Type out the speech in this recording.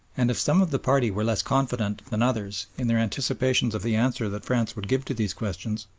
and if some of the party were less confident than others in their anticipations of the answer that france would give to these questions,